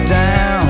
down